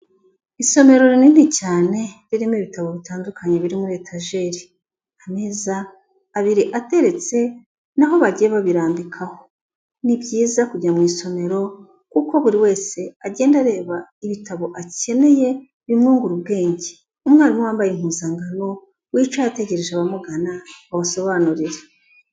Isomero rinini cyane ririmo ibitabo bitandukanye biri muri etajeri ameza abiri ateretse n'ahobagiye babirambikaho. ni byiza kujya mu isomero kuko buri wese agenda areba ibitabo akeneye bimwungura ubwenge, umwarimu wambaye impuzangano wica ategereje abamugana ngo abasobanurire.